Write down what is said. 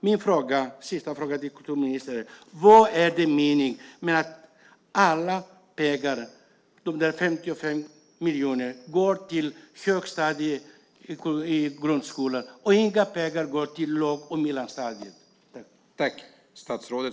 Min sista fråga till kulturministern är: Vad är meningen med att alla de 55 miljonerna går till grundskolans högstadium och inga pengar går till låg och mellanstadiet?